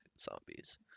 zombies